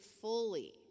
fully